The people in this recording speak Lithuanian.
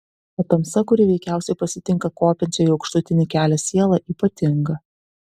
o tamsa kuri veikiausiai pasitinka kopiančią į aukštutinį kelią sielą ypatinga